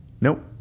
nope